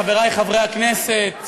חברי חברי הכנסת,